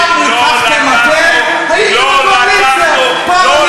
פעם לקחתם אתם, הייתם בקואליציה.